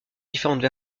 différentes